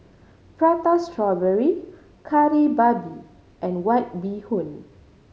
Prata Strawberry Kari Babi and White Bee Hoon